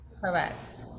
Correct